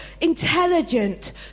intelligent